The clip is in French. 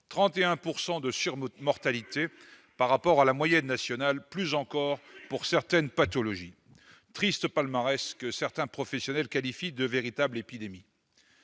31 % de surmortalité par rapport à la moyenne nationale- et plus encore pour certaines pathologies. Triste palmarès, que certains professionnels qualifient de véritable épidémie